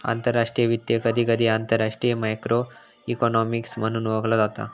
आंतरराष्ट्रीय वित्त, कधीकधी आंतरराष्ट्रीय मॅक्रो इकॉनॉमिक्स म्हणून ओळखला जाता